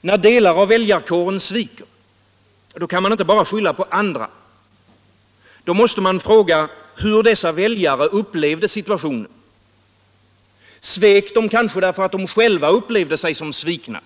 När delar av väljarkåren sviker, då kan man inte bara skylla på andra. Man måste fråga hur dessa väljare upplevde situationen. Svek de därför att de själva upplevde sig som svikna?